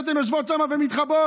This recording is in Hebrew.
שאתן יושבות שם ומתחבאות,